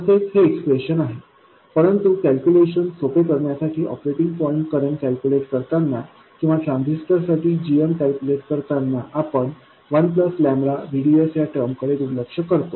तसेच हे एक्सप्रेशन आहे परंतु कॅल्क्युलेशन सोपे करण्यासाठी ऑपरेटिंग पॉईंट करंट कॅल्क्युलेट करताना किंवा ट्रांजिस्टर साठी gm कॅल्क्युलेट करताना आपण 1VDS या टर्म कडे दुर्लक्ष करतो